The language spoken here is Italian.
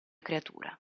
creatura